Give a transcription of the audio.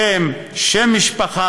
שם,